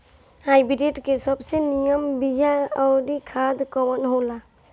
Hybrid के सबसे नीमन बीया अउर खाद कवन हो ला?